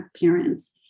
parents